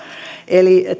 eli